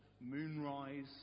moonrise